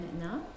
enough